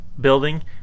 building